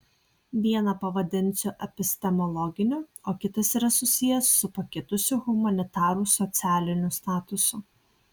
vieną pavadinsiu epistemologiniu o kitas yra susijęs su pakitusiu humanitarų socialiniu statusu